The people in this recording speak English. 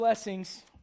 blessings